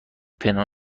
پنهان